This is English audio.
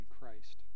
Christ